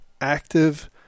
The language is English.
active